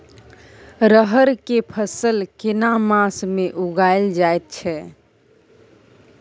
रहर के फसल केना मास में उगायल जायत छै?